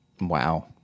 wow